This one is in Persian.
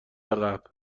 عقب